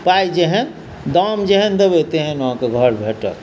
पाइ जेहन दाम जेहन देबै तेहन अहाँके घर भेटत